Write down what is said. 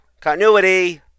Continuity